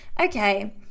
okay